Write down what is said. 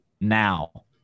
now